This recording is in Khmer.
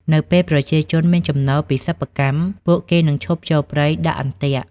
នៅពេលប្រជាជនមានចំណូលពីសិប្បកម្ម ពួកគេនឹងឈប់ចូលព្រៃដាក់អន្ទាក់។